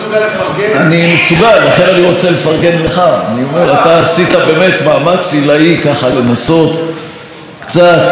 אתה עשית באמת מאמץ עילאי לנסות קצת להעלות את הקצב ואת הטורים.